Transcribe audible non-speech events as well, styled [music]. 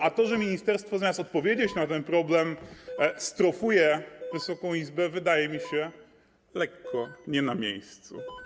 A to, że [noise] ministerstwo, zamiast odpowiedzieć na ten problem, strofuje Wysoką Izbę, wydaje mi się lekko nie na miejscu.